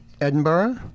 Edinburgh